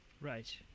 Right